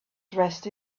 dressed